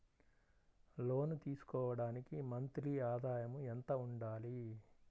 లోను తీసుకోవడానికి మంత్లీ ఆదాయము ఎంత ఉండాలి?